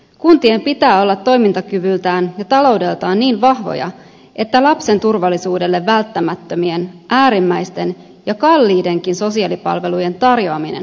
kuntien pitää olla toimintakyvyltään ja taloudeltaan niin vahvoja että lapsen turvallisuudelle välttämättömien äärimmäisten ja kalliidenkin sosiaalipalvelujen tarjoaminen on mahdollista